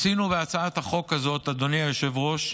עשינו בהצעת החוק הזאת, אדוני היושב-ראש,